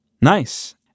Nice